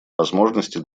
возможности